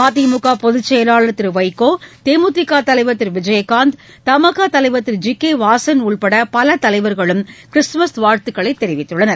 மதிமுக பொதுச் செயலாளர் திரு வைகோ தேமுதிக தலைவர் திரு விஜயகாந்த் தமாகா தலைவர் திரு ஜி கே வாசன் உள்பட் பல தலைவர்களும் கிறிஸ்துமஸ் வாழ்த்துக்கள் தெரிவித்துள்ளனர்